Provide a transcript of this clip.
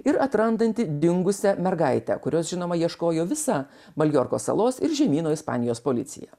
ir atrandanti dingusią mergaitę kurios žinoma ieškojo visa maljorkos salos ir žemyno ispanijos policija